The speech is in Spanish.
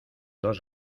dos